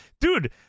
dude